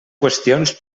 qüestions